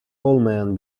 olmayan